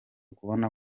kubona